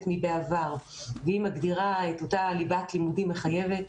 מאשר בעבר והיא מגדירה את אותה ליבת לימודים מחייבת.